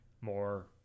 more